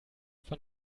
von